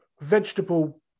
vegetable